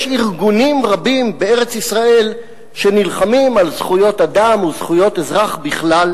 יש ארגונים רבים בארץ-ישראל שנלחמים על זכויות אדם וזכויות אזרח בכלל,